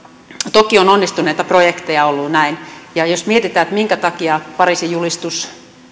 toki on onnistuneita projekteja ollut ja näin jos mietitään minkä takia pariisin julistus